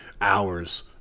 hours